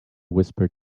whispered